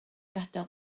gadael